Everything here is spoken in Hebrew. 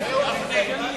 2009 ו-2010 (הוראות מיוחדות)